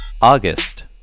August